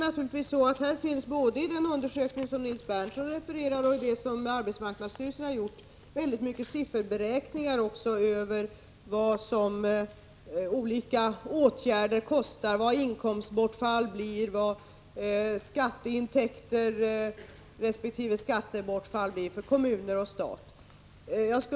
Det finns både i den undersökning som Nils Berndtson refererar till och i den som arbetsmarknadsstyrelsen har gjort mycket sifferberäkningar över vad olika åtgärder kostar, t.ex. hur stort inkomstbortfallet blir, vilka skattintäkter resp. skattebortfall som uppstår för kommuner och stat osv.